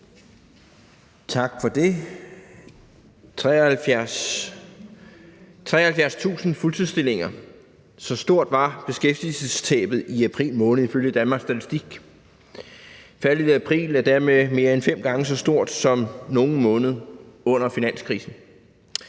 Tak for det. 73.000 fuldtidsstillinger – så stort var beskæftigelsestabet i april måned ifølge Danmarks Statistik. Faldet i april er dermed mere end fem gange så stort som nogen måned under finanskrisen.